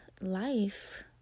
life